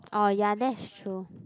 orh ya that's true